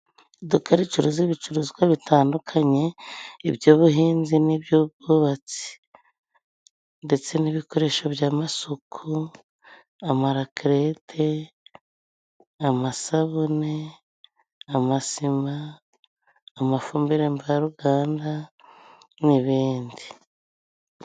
Iduka ricuruza ibicuruzwa bitandukanye iby'ubuhinzi n'iby'ubwubatsi, ndetse n'ibikoresho by'amasuku. Amarakelete, amasabune, amasima, amafumbire, mvaruganda n'ibindi.